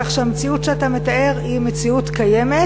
כך שהמציאות שאתה מתאר היא מציאות קיימת.